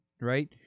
right